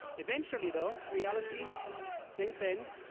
eventually, though, reality sinks in,